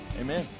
Amen